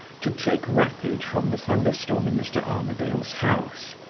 to take refuge from the thunder-storm in mr. armadale's house.